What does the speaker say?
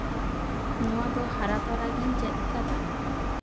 ᱱᱚᱣᱟ ᱫᱚ ᱦᱟᱨᱟ ᱛᱚᱨᱟ ᱜᱮᱧ ᱪᱮᱫ ᱠᱟᱫᱟ